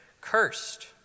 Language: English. cursed